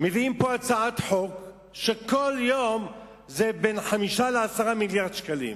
מביאים לפה הצעות חוק שכל יום זה בין 5 ל-10 מיליארדי שקלים.